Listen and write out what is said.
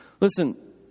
Listen